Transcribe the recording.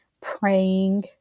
praying